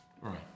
Right